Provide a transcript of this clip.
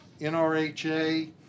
NRHA